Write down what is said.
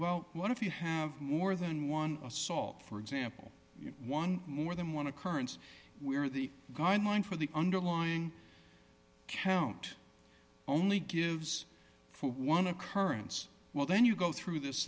well what if you have more than one assault for example one more than one occurrence we're the guideline for the underlying count only gives for one occurrence well then you go through this